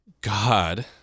God